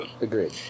Agreed